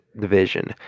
division